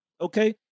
Okay